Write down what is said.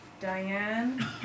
Diane